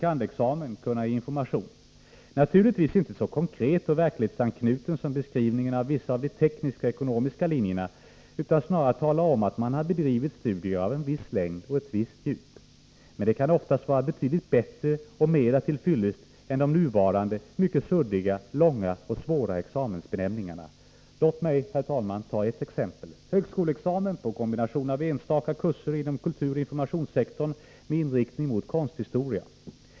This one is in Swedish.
kand.-examen kunna ge information — naturligtvis inte så konkret och verklighetsanknuten som beskrivningen av vissa av de tekniska och ekonomiska linjerna, utan snarare en som talar om att man har bedrivit studier av en viss längd och ett visst djup. Men det kan oftast vara betydligt bättre och mera till fyllest än de nuvarande, mycket suddiga, långa och svåra examensbenämningarna. Låt mig ta ett exempel, herr talman: ”högskoleexamen på kombination av enstaka kurser inom kulturoch informationssektorn med inriktning mot konsthistoria”.